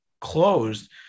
closed